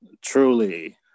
truly